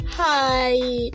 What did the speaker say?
Hi